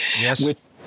Yes